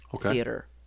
theater